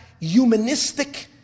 humanistic